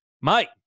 Mike